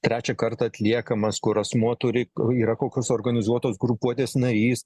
trečią kartą atliekamas kur asmuo turi yra kokios organizuotos grupuotės narys